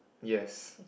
yes